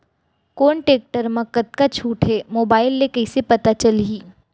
कोन टेकटर म कतका छूट हे, मोबाईल ले कइसे पता चलही?